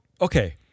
okay